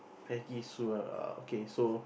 Peggy Sue uh okay so